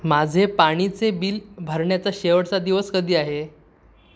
माझे पाण्याचे बिल भरण्याचा शेवटचा दिवस कधी आहे